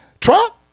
trump